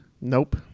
Nope